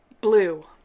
Blue